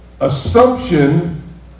Assumption